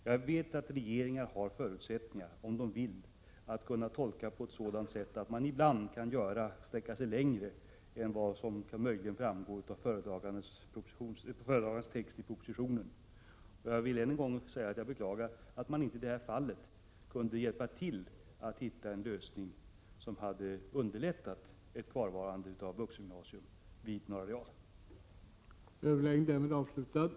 Jag vet att regeringar, om de vill, har förutsättningar att kunna tolka bestämmelser på ett sådant sätt att man ibland kan sträcka sig längre än vad som möjligen kan framgå av föredragandens text i propositionen. Jag vill än en gång säga att jag beklagar att man i detta fall inte har kunnat hjälpa till att hitta en lösning som hade kunnat underlätta kvarvarandet av vuxengymnasiet vid Norra real.